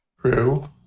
true